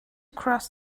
cross